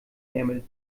ärmel